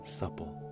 supple